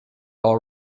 all